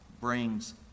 brings